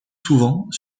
souvent